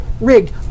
rigged